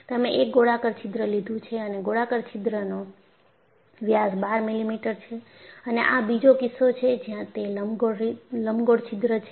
તમે એક ગોળાકાર છિદ્ર લીધું છે અને ગોળાકાર છિદ્રનો વ્યાસ 12 મિલીમીટર છે અને આ બીજો કિસ્સો છે જ્યાં તે લંબગોળ છિદ્ર છે